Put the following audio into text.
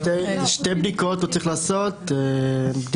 הוא צריך לעשות שתי בדיקות ביתיות